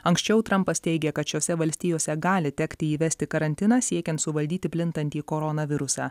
anksčiau trampas teigė kad šiose valstijose gali tekti įvesti karantiną siekiant suvaldyti plintantį koronavirusą